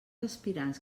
aspirants